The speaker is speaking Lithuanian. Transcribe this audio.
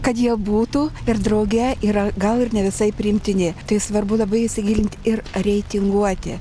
kad jie būtų ir drauge yra gal ir ne visai priimtini tai svarbu labai įsigilint ir reitinguoti